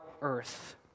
earth